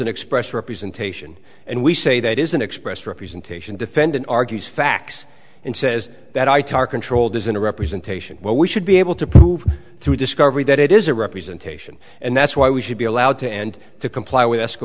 an express representation and we say that is an express representation defendant argues facts and says that are controlled isn't a representation well we should be able to prove through discovery that it is a representation and that's why we should be allowed to and to comply with